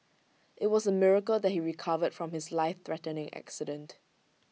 IT was A miracle that he recovered from his lifethreatening accident